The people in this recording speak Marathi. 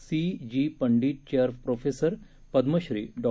C G Pandit chair professor Padmashri Dr